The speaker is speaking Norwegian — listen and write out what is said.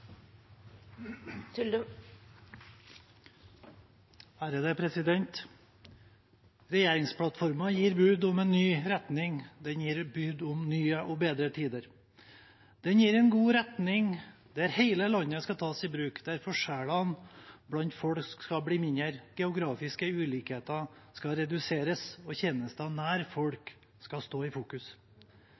gir bud om en ny retning. Den gir bud om nye og bedre tider. Den gir en god retning der hele landet skal tas i bruk, der forskjellene blant folk skal bli mindre, geografiske ulikheter skal reduseres, og tjenester nær folk skal stå i fokus.